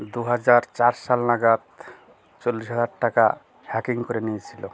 দু হাজার চার সাল নাগাদ চল্লিশ হাজার টাকা হ্যাকিং করে নিয়েছিল